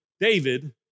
David